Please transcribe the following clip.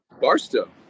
Barstow